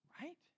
Right